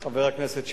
חברי הכנסת שטרית,